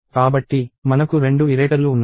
కాబట్టి మనకు రెండు ఇరేటర్లు ఉన్నాయి